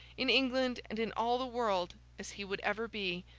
in england and in all the world, as he would ever be,